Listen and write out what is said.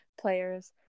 players